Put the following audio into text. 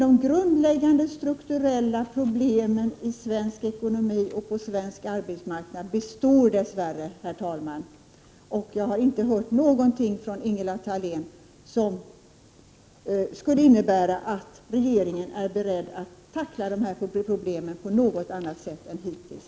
De grundläggande strukturella problemen i svensk ekonomi och på svensk arbetsmarknad består dess värre, herr talman, och jag har inte hört någonting från Ingela Thalén som skulle innebära att regeringen är beredd att tackla dessa problem på något annat sätt än hittills.